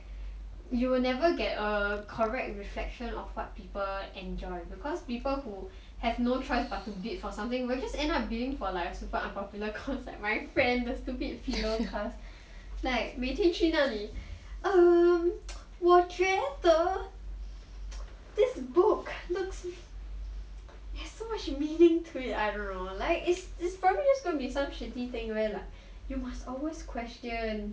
you will never get a correct reflection of what people enjoy because people who have no choice but to bid for something will just end up bidding for something super unpopular cause like my friend the stupid philo class like 每天去那里 um 我觉得 this book looks there's so much meaning to it I don't know like it's probably just gonna be some shitty thing where like you must always question